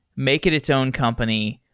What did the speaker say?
make it its own company,